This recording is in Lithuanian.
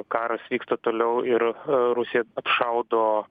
karas vyksta toliau ir rusija apšaudo